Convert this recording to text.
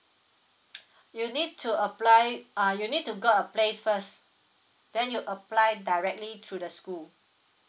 you need to apply uh you need to got a place first then you applied directly through the school